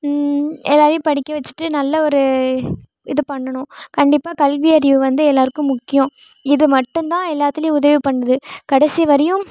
எல்லாேரையும் படிக்க வச்சுட்டு நல்ல ஒரு இது பண்ணணும் கண்டிப்பாக கல்வியறிவு வந்து எல்லாேருக்கும் முக்கியம் இதுமட்டும் தான் எல்லாத்துலேயும் உதவி பண்ணுது கடைசிவரையும்